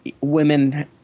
women